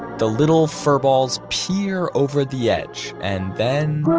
the little furballs peer over the edge and then,